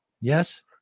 Yes